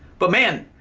but man,